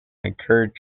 encouraged